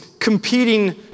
competing